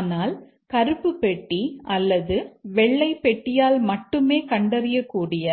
ஆனால் கருப்பு பெட்டி அல்லது வெள்ளை பெட்டியால் மட்டுமே கண்டறியக்கூடிய